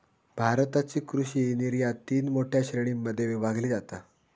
भारताची कृषि निर्यात तीन मोठ्या श्रेणीं मध्ये विभागली जाता